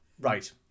Right